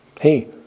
Hey